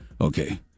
okay